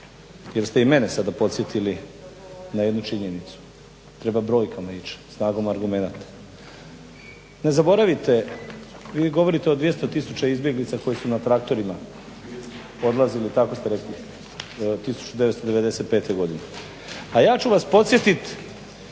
jer ste i mene sada podsjetili na jednu činjenicu. Treba brojkama ići, snagom argumenata. Ne zaboravite, vi govorite o 200 tisuća izbjeglica koji su na traktorima odlazili, tako ste rekli, 1995. godine. A ja ću vas podsjetiti